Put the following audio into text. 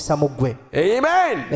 Amen